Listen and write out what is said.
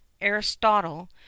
aristotle